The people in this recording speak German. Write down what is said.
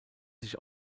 sich